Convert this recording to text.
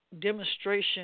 demonstration